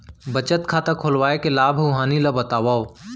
बचत खाता खोलवाय के लाभ अऊ हानि ला बतावव?